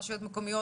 הרשויות המקומיות,